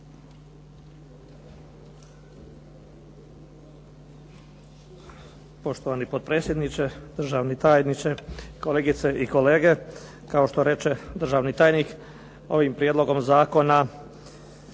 Poštovani potpredsjedniče, državni tajniče. Kolegice i kolege. Kao što reče državni tajnik, ovim prijedlogom zakona